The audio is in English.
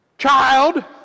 child